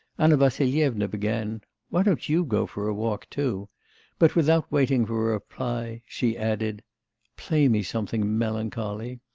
anna vassilyevna began why don't you go for a walk, too but, without waiting for a reply, she added play me something melancholy